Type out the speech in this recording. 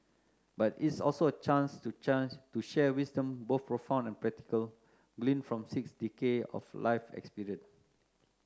but it's also a chance to chance to share wisdom both profound and practical gleaned from six decade of life experience